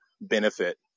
benefit